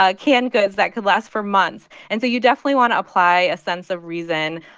ah canned goods that could last for months. and so you definitely want to apply a sense of reason,